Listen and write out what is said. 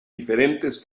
diferentes